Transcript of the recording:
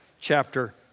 chapter